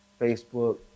Facebook